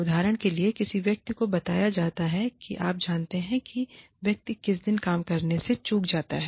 उदाहरण के लिए किसी व्यक्ति को बताया जाता है कि आप जानते हैं कि व्यक्ति किसी दिन काम करने से चूक जाता है